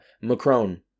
Macron